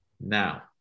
Now